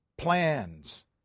Plans